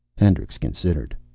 hendricks considered.